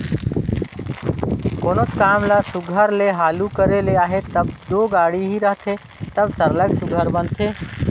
कोनोच काम ल सुग्घर ले हालु करे ले अहे तब दो गाड़ी ही रहथे तबे सरलग सुघर बनथे